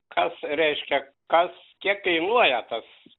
kas reiškia kas kiek kainuoja tas